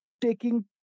taking